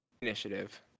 initiative